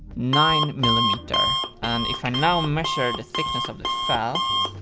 nine millimeter, and if i now measure the thickness of the felt.